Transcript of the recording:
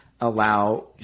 allow